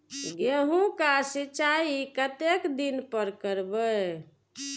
गेहूं का सीचाई कतेक दिन पर करबे?